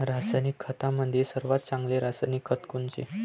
रासायनिक खतामंदी सर्वात चांगले रासायनिक खत कोनचे?